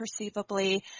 perceivably